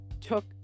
took